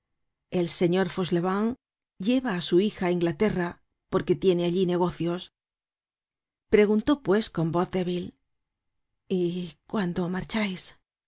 el señor fauchelevent lleva á su hija á inglaterra porque tiene allí negocios preguntó pues con voz débil y cuándo marchais